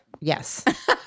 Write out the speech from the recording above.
Yes